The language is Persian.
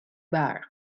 برق